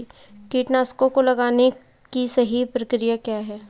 कीटनाशकों को लगाने की सही प्रक्रिया क्या है?